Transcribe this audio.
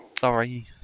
Sorry